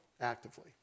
actively